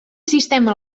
sistema